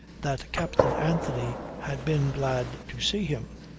that captain anthony had been glad to see him.